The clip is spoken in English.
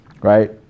Right